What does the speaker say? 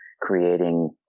creating